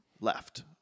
left